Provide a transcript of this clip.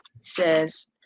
says